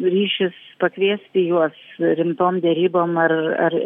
ryšis pakviesti juos rimtom derybom ar ar